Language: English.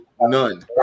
none